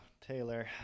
Taylor